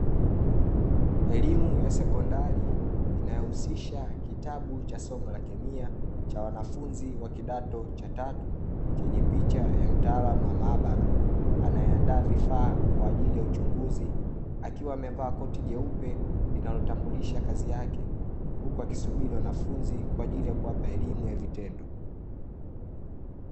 Elimu ya sekondari inayohusisha kitabu cha somo la kemia cha wanafunzi wa kidato cha tatu, chenye picha ya mtaalam wa maabara anayeandaa vifaa kwa ajili ya uchunguzi akiwa amevaa koti jeupe linalotambulisha kazi yake huku akisubiriwa wanafunzi kwa ajili ya kuwapa elimu ya vitendo.